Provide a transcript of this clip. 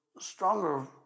stronger